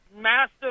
massive